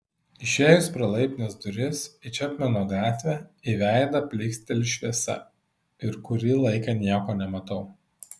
išėjus pro laiptinės duris į čepmeno gatvę į veidą plyksteli šviesa ir kurį laiką nieko nematau